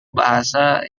bahasa